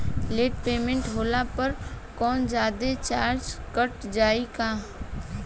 Late payment होला पर कौनोजादे चार्ज कट जायी का?